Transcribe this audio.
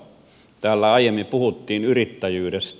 täällä aiemmin puhuttiin yrittäjyydestä